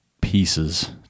pieces